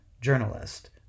journalist